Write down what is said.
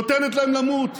נותנת להם למות,